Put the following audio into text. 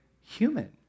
human